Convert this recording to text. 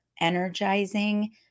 energizing